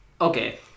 Okay